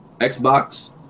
Xbox